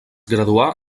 graduà